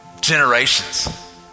generations